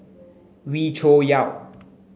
Wee Cho Yaw